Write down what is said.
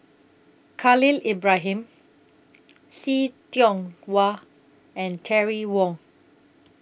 Khalil Ibrahim See Tiong Wah and Terry Wong